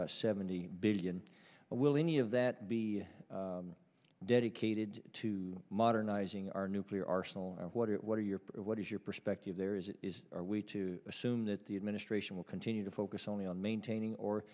about seventy billion will any of that be dedicated to modernizing our nuclear arsenal what it what are your what is your perspective there is it is are we to assume that the administration will continue to focus only on maintaining or